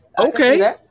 Okay